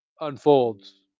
unfolds